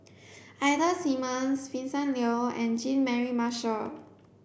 Ida Simmons Vincent Leow and Jean Mary Marshall